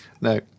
No